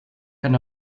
kann